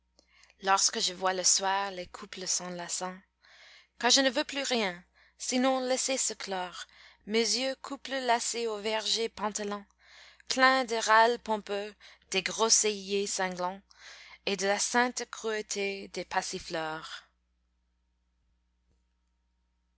lorsque je vois le soir les couples s'enlaçant car je ne veux plus rien sinon laisser se clore mes yeux couple lassé au verger pantelant plein du râle pompeux des groseilliers sanglants et de la sainte cruauté des